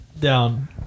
down